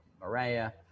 Maria